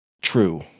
True